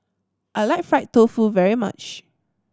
I like fried tofu very much